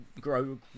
grow